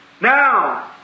Now